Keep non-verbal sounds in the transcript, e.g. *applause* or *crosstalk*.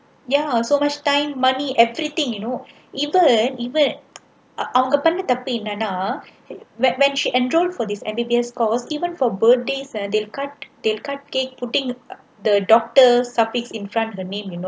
ya so much time money everything you know even even *noise* அவங்க பண்ண தப்பு என்னன்னா:avanga panna thappu ennannaa when when she enrolled for this ambitious course even for birthdays they cut they cut cake putting the doctor in front her name you know